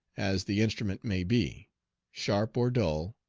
as the instrument may be sharp or dull,